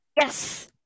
Yes